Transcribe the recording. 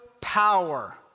power